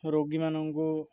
ରୋଗୀମାନଙ୍କୁ